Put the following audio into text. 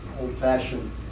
old-fashioned